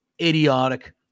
idiotic